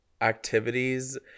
activities